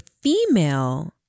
female